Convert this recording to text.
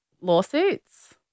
lawsuits